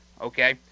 okay